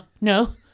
no